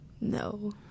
No